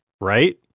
right